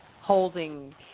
holding